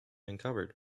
uncovered